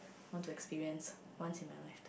want to experience once in my life